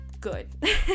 good